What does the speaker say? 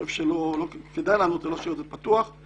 חושב שכדאי לענות ולא להשאיר פתוח את